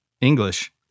English